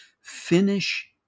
finish